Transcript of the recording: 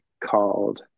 called